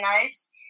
nice